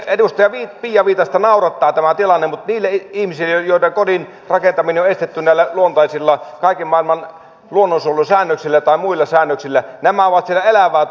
edustaja pia viitasta naurattaa tämä tilanne mutta niille ihmisille joilta kodin rakentaminen on estetty näillä kaiken maailman luonnonsuojelusäännöksillä tai muilla säännöksillä nämä ovat siellä elävää totta